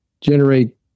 generate